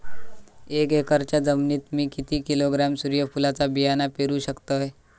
एक एकरच्या जमिनीत मी किती किलोग्रॅम सूर्यफुलचा बियाणा पेरु शकतय?